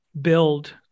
build